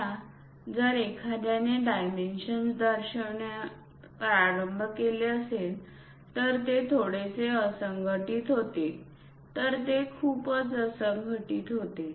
आता जर एखाद्याने डायमेन्शन्स दर्शविणे प्रारंभ केले असेल तर ते थोडेसे असंघटित होते तर ते खूपच असंघटित होते